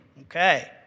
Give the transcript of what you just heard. Okay